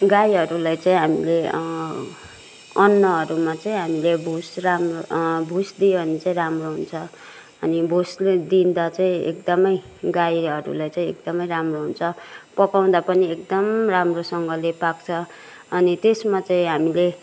गाईहरूलाई चाहिँ हामीले अन्नहरूमा चाहिँ हामीले भुस राम्रो भुस दिए भने चाहिँ राम्रो हुन्छ अनि भुस दिँदा चाहिँ एकदमै गाईहरूलाई चाहिँ एकदमै राम्रो हुन्छ पकाउँदा पनि एकदम राम्रोसँगले पाक्छ अनि त्यसमा चाहिँ हामीले